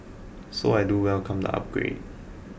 so I do welcome the upgrade